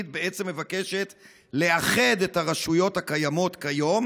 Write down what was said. בעצם מבקשת לאחד את הרשויות הקיימות כיום